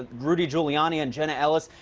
ah rudy giuliani and jenna ellis,